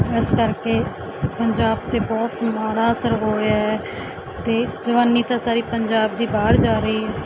ਇਸ ਕਰਕੇ ਪੰਜਾਬ 'ਤੇ ਬਹੁਤ ਸ ਮਾੜਾ ਅਸਰ ਹੋ ਰਿਹਾ ਹੈ ਅਤੇ ਜਵਾਨੀ ਤਾਂ ਸਾਰੀ ਪੰਜਾਬ ਦੀ ਬਾਹਰ ਜਾ ਰਹੀ ਹੈ